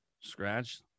Scratch